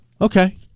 Okay